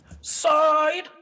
side